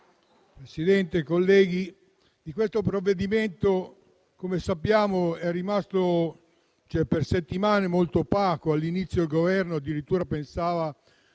Presidente, colleghi, il provvedimento in esame, come sappiamo, è rimasto per settimane molto opaco. All'inizio, il Governo addirittura pensava